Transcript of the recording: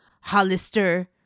Hollister